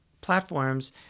platforms